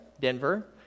Denver